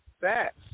Facts